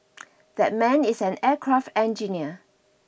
that man is an aircraft engineer